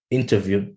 interview